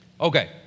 Okay